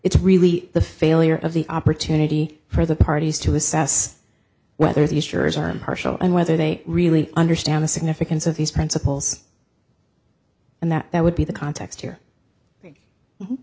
it's really the failure of the opportunity for the parties to assess whether the issuers are impartial and whether they really understand the significance of these principles and that that would be the context